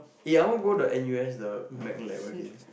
eh I want go the N_U_S the Mac lab again